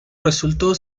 resultó